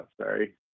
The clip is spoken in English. sorry